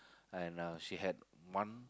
and uh she had one